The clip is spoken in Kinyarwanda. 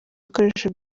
ibikoresho